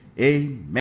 amen